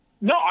No